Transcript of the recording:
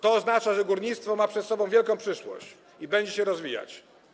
To oznacza, że górnictwo ma przed sobą wielką przyszłość i będzie się rozwijać.